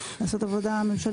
לעשות עבודה ממשלתית.